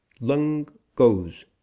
Lung-goes